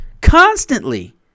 constantly